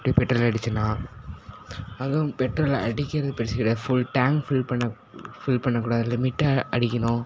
இப்படி பெட்ரோல் அடித்தேன்னா அதுவும் பெட்ரோல் அடிக்கிறது பெருசு கிடையாது ஃபுல் டாங்க் ஃபுல் பண்ண ஃபுல் பண்ணக்கூடாது லிமிட்டாக அடிக்கணும்